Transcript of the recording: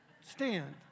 Stand